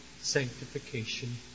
sanctification